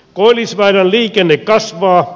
koillisväylän liikenne kasvaa